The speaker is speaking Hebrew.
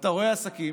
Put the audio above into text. ואתה רואה עסקים